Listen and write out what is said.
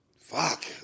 Fuck